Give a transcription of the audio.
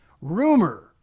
rumor